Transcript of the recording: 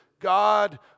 God